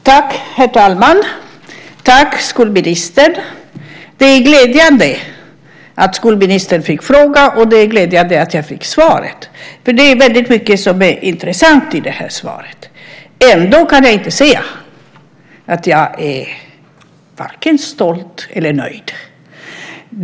Herr talman! Tack, skolministern! Det är glädjande att skolministern fick frågan, och det är glädjande att jag fick svaret. Det är nämligen väldigt mycket som är intressant i det här svaret. Ändå kan jag inte säga att jag är vare sig stolt eller nöjd.